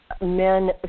men